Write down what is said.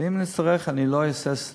ואם נצטרך אני לא אהסס לתגבר.